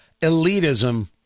elitism